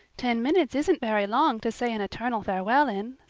ten minutes isn't very long to say an eternal farewell in,